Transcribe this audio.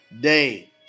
day